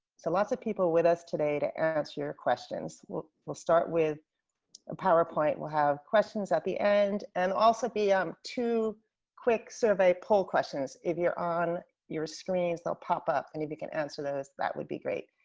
so lots of people with us today to answer your questions. we'll we'll start with the powerpoint, we'll have questions at the end. and also be um two quick survey poll questions if you're on your screens they'll pop up and if you can answer those, that would be great.